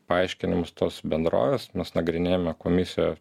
paaiškinimus tos bendrovės mes nagrinėjime komisija